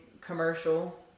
commercial